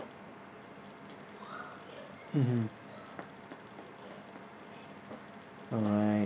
mmhmm all right